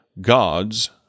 God's